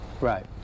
right